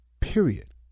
period